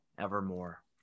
evermore